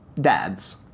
dads